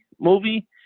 movie